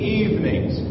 evenings